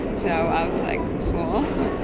so i was like, cool,